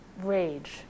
rage